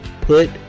put